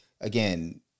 again